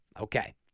Okay